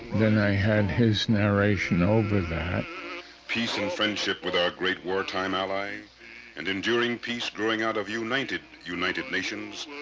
then i had his narration over that peace and friendship with our great wartime ally and enduring peace growing out of united united nations.